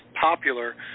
popular